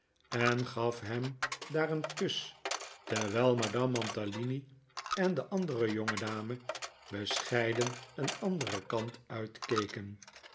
en gaf hem daar een kus terwijl madame mantalini en de andere jongedame bescheiden een anderen kant uit